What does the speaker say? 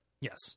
Yes